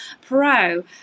Pro